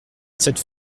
cette